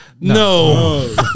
No